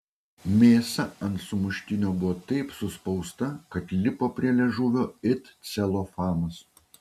mėsa ant sumuštinio buvo taip suspausta kad lipo prie liežuvio it celofanas